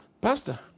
Pastor